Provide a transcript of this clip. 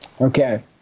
Okay